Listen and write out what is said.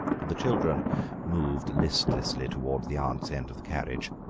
the children moved listlessly towards the aunt's end of the carriage.